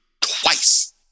twice